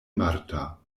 marta